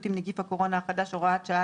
להתמודדות עם נגיף הקורונה החדש (הוראת שעה),